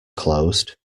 closed